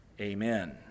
Amen